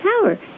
power